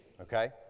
okay